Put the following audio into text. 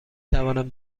توانم